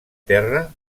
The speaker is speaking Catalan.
terra